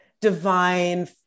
divine